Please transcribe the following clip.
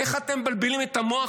איך אתם מבלבלים את המוח,